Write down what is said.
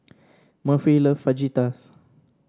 Murphy love Fajitas